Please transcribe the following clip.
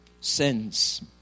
sins